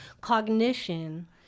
cognition